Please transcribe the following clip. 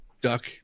duck